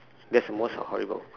that's most uh horrible